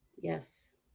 Yes